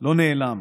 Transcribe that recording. לא נעלם.